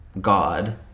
God